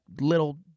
little